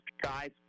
guys